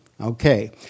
Okay